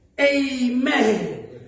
Amen